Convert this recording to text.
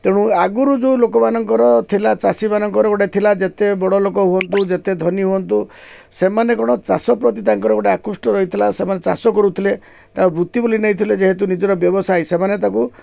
ତେଣୁ ଆଗରୁ ଯେଉଁ ଲୋକମାନଙ୍କର ଥିଲା ଚାଷୀମାନଙ୍କର ଗୋଟେ ଥିଲା ଯେତେ ବଡ଼ ଲୋକ ହୁଅନ୍ତୁ ଯେତେ ଧନୀ ହୁଅନ୍ତୁ ସେମାନେ କ'ଣ ଚାଷ ପ୍ରତି ତାଙ୍କର ଗୋଟେ ଆକୃଷ୍ଟ ରହିଥିଲା ସେମାନେ ଚାଷ କରୁଥିଲେ ତା' ବୃତ୍ତି ବୋଲି ନେଇଥିଲେ ଯେହେତୁ ନିଜର ବ୍ୟବସାୟୀ ସେମାନେ ତାକୁ